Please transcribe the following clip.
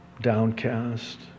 downcast